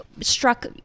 struck